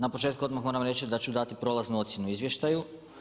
Na početku odmah moram reći da ću dati prolaznu ocjenu o izvještaju.